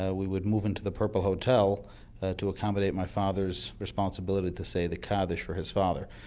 ah we would move into the purple hotel to accommodate my father's responsibility to say the kaddish for his father.